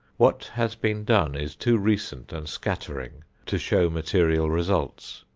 what has been done is too recent and scattering to show material results.